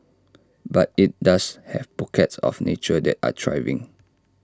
but IT does have pockets of nature that are thriving